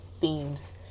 themes